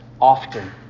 often